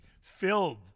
filled